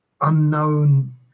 unknown